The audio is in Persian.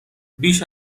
بیش